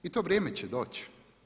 I to vrijeme će doći.